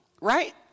right